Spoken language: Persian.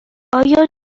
آیا